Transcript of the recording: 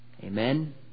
Amen